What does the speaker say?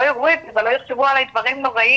לא יראו את זה ולא יחשבו עליי דברים נוראיים,